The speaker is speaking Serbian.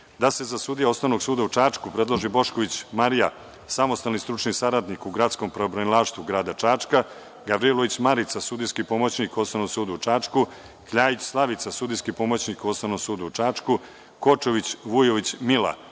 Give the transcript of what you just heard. da se za sudije Osnovnog suda u Čačku predlože: Bošković Marija, samostalni stručni saradnik u Gradskom pravobranilaštvu grada Čačka, Gavrilović Marica, sudijski pomoćnik Osnovnog suda u Čačku, Kljajić Slavica, sudijski pomoćnik u Osnovnom sudu u Čačku, Kočović Vujović Mila,